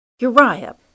Uriah